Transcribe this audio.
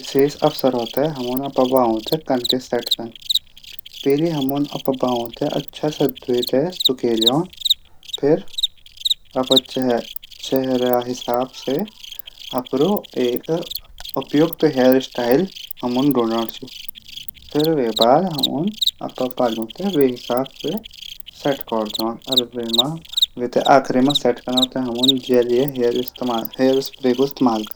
विशेष अवसरों पर अपड बालों थै कनखै सैट कन पैली हमन अपड बालौ थै अच्छा से ध्वेकि सुखे दिण फिर अपड चेहरा हिसाब से उपयुक्त हेयर स्टाइल हमन ढुंढण च। फिर हमन अपड चेहरा हिसाब से बालों थै सैट कैरी दीण। और आखरी मा अपड बालों थै सैट कनू थै जैल लगै दीण।